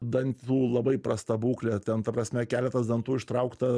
dantų labai prasta būklė ten ta prasme keletas dantų ištraukta